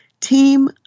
team